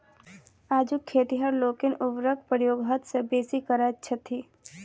आजुक खेतिहर लोकनि उर्वरकक प्रयोग हद सॅ बेसी करैत छथि